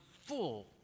full